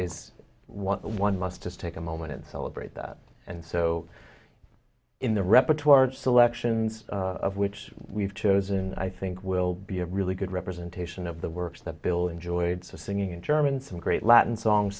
is one must just take a moment and celebrate that and so in the repertoire of selections of which we've chosen i think will be a really good representation of the works that bill enjoyed singing in german some great latin song